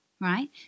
right